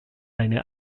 deine